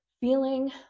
feeling